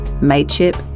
mateship